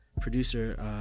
producer